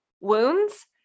wounds